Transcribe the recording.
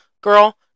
Girl